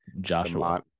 joshua